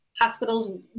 Hospitals